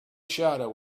shadow